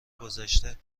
گذشته